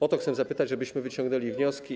O to chcę zapytać, abyśmy wyciągnęli wnioski.